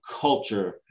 culture